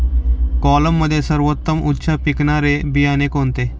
कोलममध्ये सर्वोत्तम उच्च पिकणारे बियाणे कोणते?